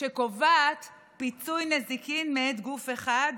שקובעת פיצוי נזיקי מאת גוף אחד,